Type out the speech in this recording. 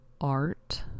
art